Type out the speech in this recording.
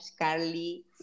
Carly